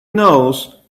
nose